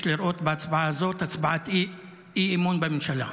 לראות בהצבעה הזאת הצבעת אי-אמון בממשלה.